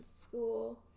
school